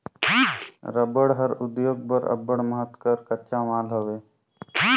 रबड़ हर उद्योग बर अब्बड़ महत कर कच्चा माल हवे